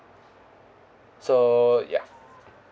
so ya